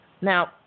Now